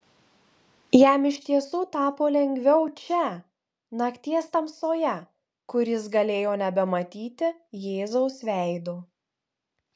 jam iš tiesų tapo lengviau čia nakties tamsoje kur jis galėjo nebematyti jėzaus veido